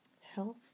Health